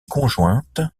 conjointe